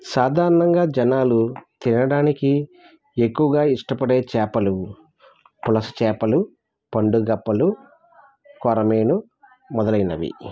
సాధారణంగా జనాలు తినడానికి ఎక్కువగా ఇష్టపడే చేపలు పులస చేపలు పండుగప్పలు కొరమీను మొదలైనవి